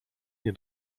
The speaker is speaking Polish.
nie